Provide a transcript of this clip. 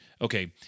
okay